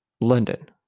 London